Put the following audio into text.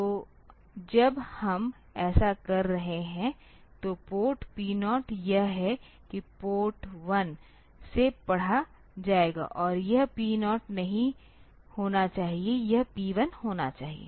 तो जब हम ऐसा कर रहे हैं तो पोर्ट P0 यह है कि पोर्ट 1 से पढ़ा जाएगा तो यह P0 नहीं होना चाहिए यह P 1 होना चाहिए